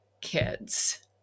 kids